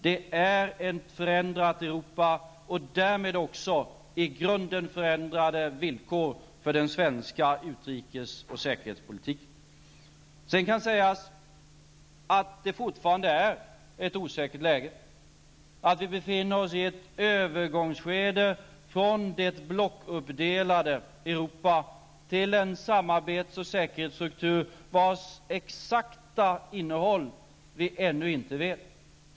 Vi har ett förändrat Europa och därmed också i grunden förändrade villkor för den svenska utrikes och säkerhetspolitiken. Sedan kan det sägas att det fortfarande är ett osäkert läge och att vi befinner oss i ett övergångsskede mellan det blockuppdelade Europa och en samarbets och säkerhetsstruktur vars exakta innehåll vi ännu inte känner till.